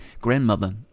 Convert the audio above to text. grandmother